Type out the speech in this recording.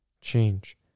change